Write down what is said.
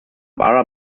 barra